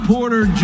Porter